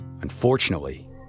Unfortunately